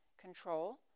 control